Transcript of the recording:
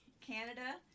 Canada